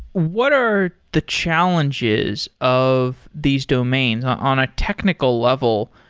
what are the challenges of these domains on a technical level?